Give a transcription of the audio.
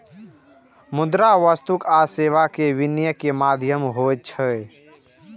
मुद्रा वस्तु आ सेवा के विनिमय के माध्यम होइ छै